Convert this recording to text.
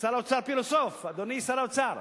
שר האוצר פילוסוף, אדוני שר האוצר,